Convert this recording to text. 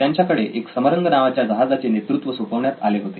त्यांच्याकडे एका समरंग नावाच्या जहाजाचे नेतृत्व सोपवण्यात आले होते